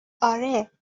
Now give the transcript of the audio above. آره